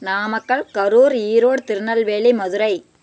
Namakkal Karur Erode Tirunelveli Madurai